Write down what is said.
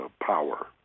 power